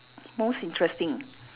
most interesting